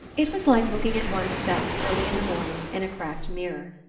it was like looking at one's self early in the morning in a cracked mirror.